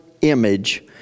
image